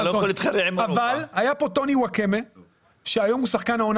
אבל היה פה טוני ואקמה שהיום הוא שחקן העונה